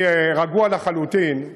אני רגוע לחלוטין,